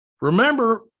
remember